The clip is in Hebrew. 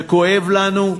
זה כואב לנו,